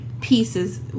pieces